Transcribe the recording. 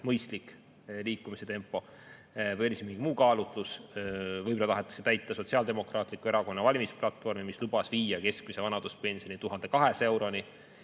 mõistlik edasiliikumise tempo. Või on siin mingi muu kaalutlus. Võib-olla tahetakse täita Sotsiaaldemokraatliku Erakonna valimisplatvormi, mis lubas viia keskmise vanaduspensioni 1200 euroni.